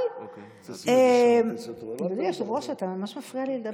אדוני היושב-ראש, אתה ממש מפריע לי לדבר.